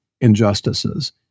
injustices